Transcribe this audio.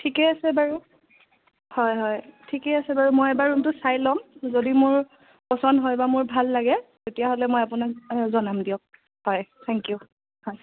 ঠিকে আছে বাৰু হয় হয় ঠিকে আছে বাৰু মই এবাৰ ৰুমটো চাই লম যদি মোৰ পচন্দ হয় বা মোৰ ভাল লাগে তেতিয়াহ'লে মই আপোনাক জনাম দিয়ক হয় থেংকিউ